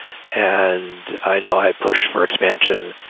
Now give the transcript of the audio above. and i know i pushed for expansion,